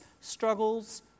struggles